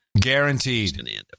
Guaranteed